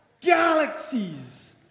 galaxies